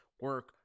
Work